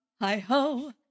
hi-ho